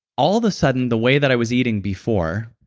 all of the sudden, the way that i was eating before,